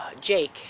Jake